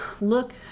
look